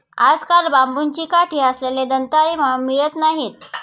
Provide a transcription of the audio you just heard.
आजकाल बांबूची काठी असलेले दंताळे मिळत नाहीत